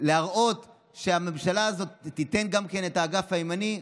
להראות שהממשלה הזאת תיתן גם כן את האגף הימני.